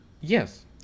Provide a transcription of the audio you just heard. yes